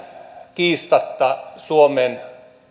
kiistatta suomen